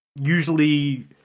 usually